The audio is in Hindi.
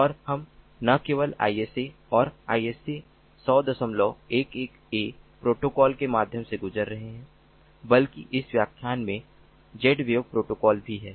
और हम न केवल ISA और ISA10011a प्रोटोकॉल के माध्यम से गुजरे हैं बल्कि इस व्याख्यान में Zwave प्रोटोकॉल भी हैं